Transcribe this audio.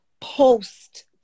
post